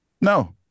No